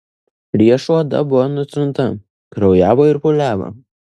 riešų oda buvo nutrinta kraujavo ir pūliavo